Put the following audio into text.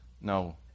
No